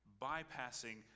bypassing